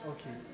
Okay